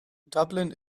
dublin